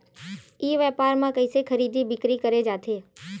ई व्यापार म कइसे खरीदी बिक्री करे जाथे?